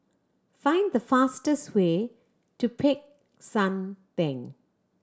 find the fastest way to Peck San Theng